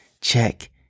check